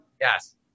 Yes